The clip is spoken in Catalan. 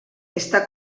està